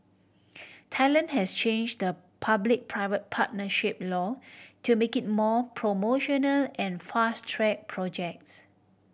Thailand has change the public private partnership law to make it more promotional and fast track projects